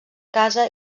casa